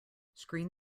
screen